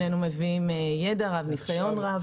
שנינו מביאים ידע רב, ניסיון רב.